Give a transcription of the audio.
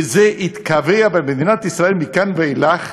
שזה יתקבע במדינת ישראל מכאן ואילך,